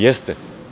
Jeste.